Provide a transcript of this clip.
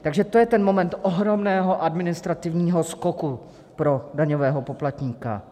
Takže to je ten moment ohromného administrativního skoku pro daňového poplatníka.